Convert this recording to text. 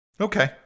Okay